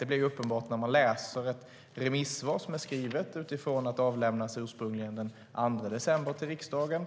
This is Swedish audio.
Det blir uppenbart när man läser ett remissvar som är skrivet utifrån att det ursprungligen avlämnades den 2 december till riksdagen.